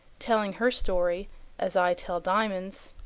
telling her story as i tell diamond's